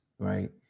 Right